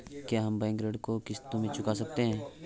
क्या हम बैंक ऋण को किश्तों में चुका सकते हैं?